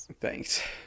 Thanks